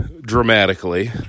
dramatically